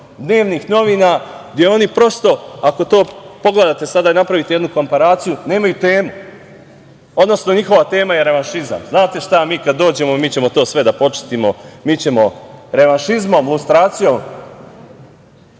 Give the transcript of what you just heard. dnevnih novina gde oni prosto, ako to pogledate sada i napravite jednu komparaciju, nemaju temu, odnosno njihova tema je revanšizam. Znate šta, mi kada dođemo, mi ćemo to sve da počistimo, mi ćemo revanšizmom, lustracijom,